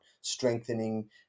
strengthening